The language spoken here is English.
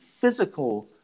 physical